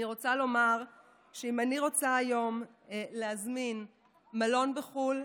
אני רוצה לומר שאם אני רוצה היום להזמין מלון בחו"ל,